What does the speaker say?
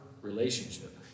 relationship